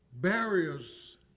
Barriers